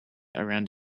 around